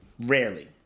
Rarely